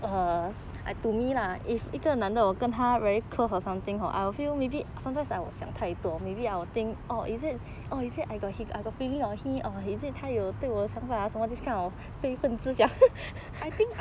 I think I